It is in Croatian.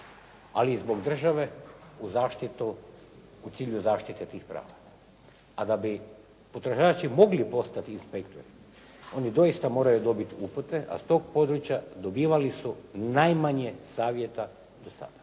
ali i zbog države u civilnoj zaštiti od tih prava. A da bi potrošači mogli postati inspektori oni doista moraju dobiti upute, a s tog područja dobivali su najmanje savjeta do sada.